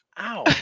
ow